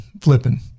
flipping